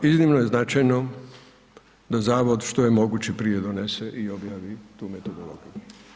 Iznimno je značajno da Zavod što je moguće prije donese i objavi tu metodologiju.